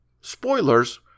Spoilers